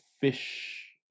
fish